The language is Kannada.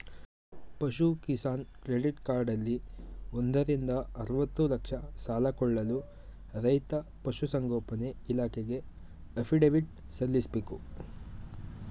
ಪಶು ಕಿಸಾನ್ ಕ್ರೆಡಿಟ್ ಕಾರ್ಡಲ್ಲಿ ಒಂದರಿಂದ ಅರ್ವತ್ತು ಲಕ್ಷ ಸಾಲ ಕೊಳ್ಳಲು ರೈತ ಪಶುಸಂಗೋಪನೆ ಇಲಾಖೆಗೆ ಅಫಿಡವಿಟ್ ಸಲ್ಲಿಸ್ಬೇಕು